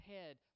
head